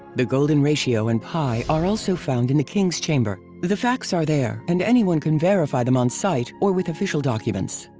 the golden ratio and pi are also found in the king's chamber. the facts are there, and anyone can verify them on site or with official documents.